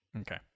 Okay